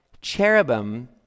cherubim